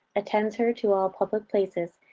attends her to all public places,